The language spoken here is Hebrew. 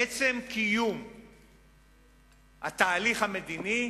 עצם קיום התהליך המדיני,